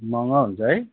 महँगो हुन्छ है